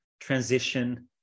transition